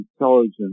intelligent